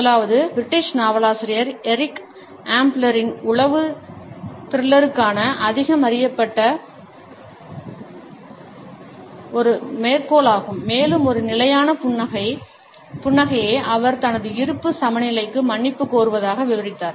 முதலாவது பிரிட்டிஷ் நாவலாசிரியர் எரிக் ஆம்ப்ளரின் உளவு த்ரில்லர்களுக்காக அதிகம் அறியப்பட்ட ஒரு மேற்கோள் ஆகும் மேலும் ஒரு நிலையான புன்னகையை அவர் தனது இருப்பு சமநிலைக்கு மன்னிப்புக் கோருவதாக விவரித்தார்